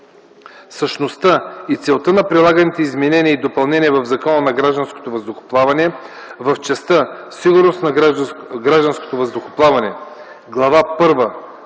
Същността и целта на предлаганите изменения и допълнения в Закона за гражданското въздухоплаване, в частта „Сигурност на гражданското въздухоплаване” – Глава